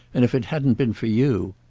and if it hadn't been for you!